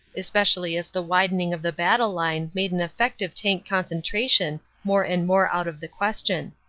especially as the widening of the battle line made an effective tank concentration more and more out of the question.